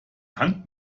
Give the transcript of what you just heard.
hand